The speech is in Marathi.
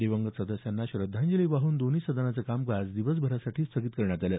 दिवंगत सदस्यांना श्रद्धांजली वाहून दोन्ही सदनाचं कामकाज दिवसभरासाठी स्थगित करण्यात आलं